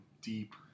deep